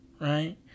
right